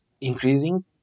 increasing